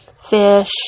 fish